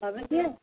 হবে কি